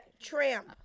Tramp